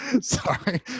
sorry